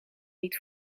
niet